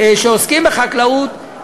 שעוסקים בחקלאות,